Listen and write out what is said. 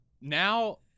Now